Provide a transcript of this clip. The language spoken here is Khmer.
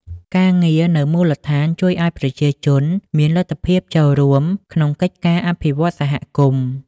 ការងារនៅមូលដ្ឋានជួយឱ្យប្រជាជនមានលទ្ធភាពចូលរួមក្នុងកិច្ចការអភិវឌ្ឍសហគមន៍។